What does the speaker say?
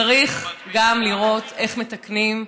צריך גם לראות איך מתקנים,